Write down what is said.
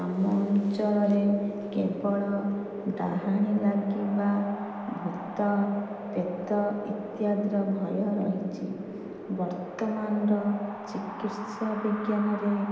ଆମ ଅଞ୍ଚଳରେ କେବଳ ଡାହାଣୀ ଲାଗିବା ଭୂତ ପ୍ରେତ ଇତ୍ୟାଦିର ଭୟ ରହିଛି ବର୍ତ୍ତମାନର ଚିକିତ୍ସା ବିଜ୍ଞାନରେ